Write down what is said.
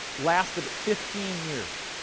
lasted fifteen years,